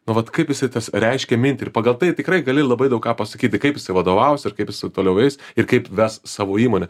na vat kaip jisai tas reiškia mintį ir pagal tai tikrai gali labai daug ką pasakyti kaip jis vadovaus ir kaip jisai toliau eis ir kaip ves savo įmonę